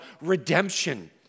redemption